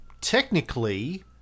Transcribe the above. technically